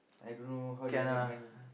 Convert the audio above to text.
I don't know how they make money